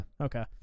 Okay